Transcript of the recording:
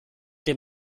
dem